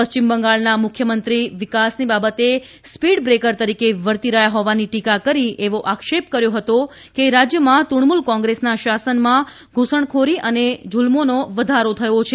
પશ્ચિમ બંગાળના મુખ્યમંત્રી વિકાસની બાબતે સ્પીડબ્રેકર તરીકે વર્તી રહ્યા હોવાની ટીકા કરી એવો આક્ષેપ કર્યો હતો કે રાજયમાં તૃજ્ઞમૂલ કોંગ્રેસના શાસનમાં ધ્રસણખોરી અને જૂલમોમાં વધારો થયો છે